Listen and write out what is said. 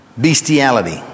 Bestiality